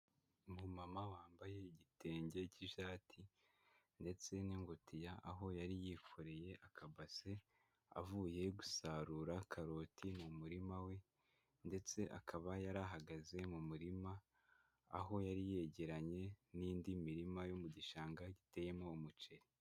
Umumama wambaye igitenge cy'ishati ndetse n'ingutiya, aho yari yikoreye akabase avuye gusarura karoti mu murima we ndetse akaba yari ahagaze mu murima aho yari yegeranye n'indi mirima yo mu gishanga giteyemo umuceri.